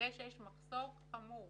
ותראה שיש מחסור חמור